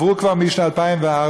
כבר עברו משנת 2004,